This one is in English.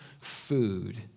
food